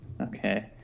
okay